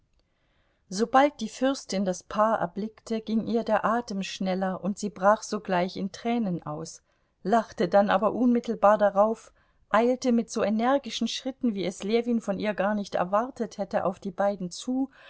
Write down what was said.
sobald die fürstin das paar erblickte ging ihr atem schneller und sie brach sogleich in tränen aus lachte dann aber unmittelbar darauf eilte mit so energischen schritten wie es ljewin von ihr gar nicht erwartet hätte auf die beiden zu